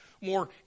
more